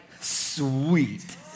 Sweet